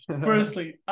Firstly